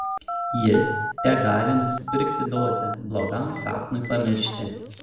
jis tegali nusipirkti dozę blogam sapnui pamiršti